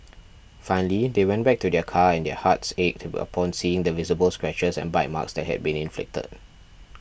finally they went back to their car and their hearts ached upon seeing the visible scratches and bite marks that had been inflicted